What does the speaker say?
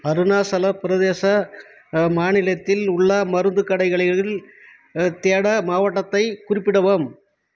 அருணாச்சல பிரதேச மாநிலத்தில் உள்ள மருந்துக் கடைகளில் தேட மாவட்டத்தைக் குறிப்பிடவும்